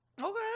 Okay